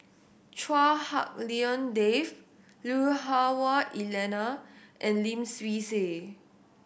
Chua Hak Lien Dave Lui Hah Wah Elena and Lim Swee Say